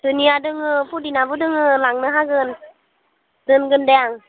धुनिया दङ पुदिनाबो दङ लांनो हागोन दोनगोन दे आं